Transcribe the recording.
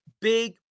big